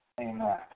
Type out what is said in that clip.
Amen